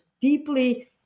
deeply